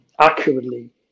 accurately